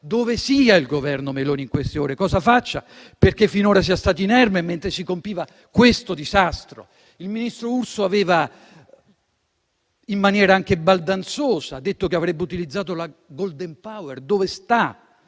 dove sia il Governo Meloni in queste ore, cosa faccia e perché finora sia stato inerme mentre si compiva questo disastro. Il ministro Urso, in maniera anche baldanzosa, aveva detto che avrebbe utilizzato la *golden power*. Dove sta?